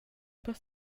per